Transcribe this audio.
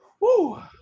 Woo